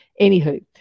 Anywho